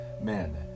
men